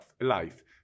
life